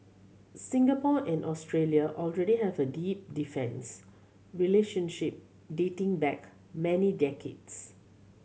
Singapore and Australia already have a deep defence relationship dating back many decades